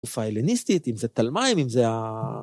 תקופה הלניסטית, אם זה תלמאים, אם זה ה...